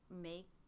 make